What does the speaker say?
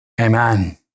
Amen